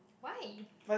why